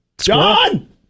John